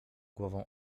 głową